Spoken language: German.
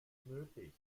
nötig